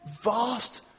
vast